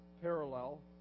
parallel